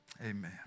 amen